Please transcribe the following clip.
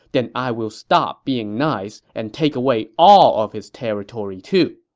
then i will stop being nice and take away all of his territory, too.